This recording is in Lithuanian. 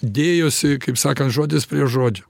dėjosi kaip sakant žodis prie žodžio